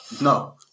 No